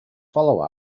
follow